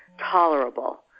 tolerable